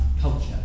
culture